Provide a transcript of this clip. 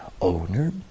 owner